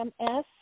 Ms